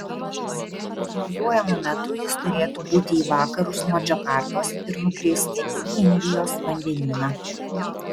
prognozuojamu metu jis turėtų būti į vakarus nuo džakartos ir nukristi į indijos vandenyną